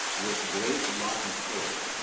with great love and care,